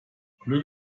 glück